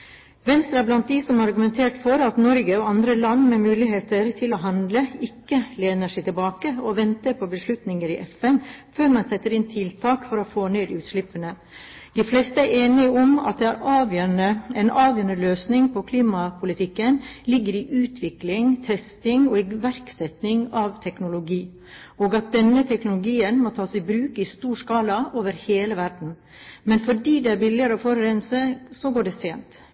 Venstre er blant dem som har argumentert for at Norge og andre land med muligheter til å handle, ikke lener seg tilbake og venter på beslutninger i FN før man setter inn tiltak for å få ned utslippene. De fleste er enige om at en avgjørende løsning på klimapolitikken ligger i utvikling, testing og iverksetting av teknologi – og at denne teknologien må tas i bruk i stor skala over hele verden. Men fordi det er billigere å forurense, går det sent.